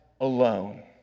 alone